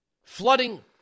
flooding